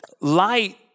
light